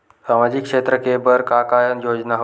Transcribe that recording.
सामाजिक क्षेत्र के बर का का योजना हवय?